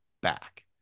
back